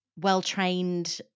well-trained